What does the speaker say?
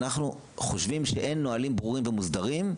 אנחנו חושבים שאין נהלים ברורים ומוסדרים,